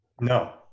No